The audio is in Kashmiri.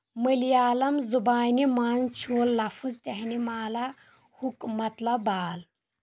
ملیالم زبانہِ مَنٛز چھُ لفظ تھنمالا ہُکو مطلب بال